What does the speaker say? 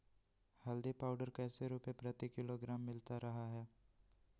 हल्दी पाउडर कैसे रुपए प्रति किलोग्राम मिलता रहा है?